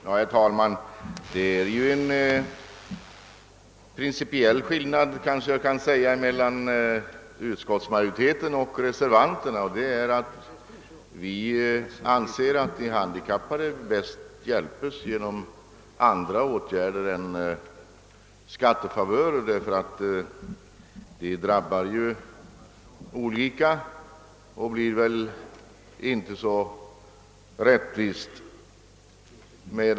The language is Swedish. Herr talman! Det föreligger en principiell skillnad mellan utskottsmajoritetens och reservanternas uppfattning. Utskottet anser att de handikappade bäst hjälpes genom andra åtgärder än skattefavörer, ty sådana drabbar olika och blir därigenom inte så rättvisa.